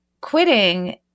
quitting